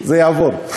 זה יעבור.